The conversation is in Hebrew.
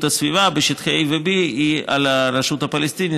הסביבה בשטחי A ו-B היא של הרשות הפלסטינית,